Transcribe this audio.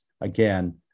again